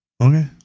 okay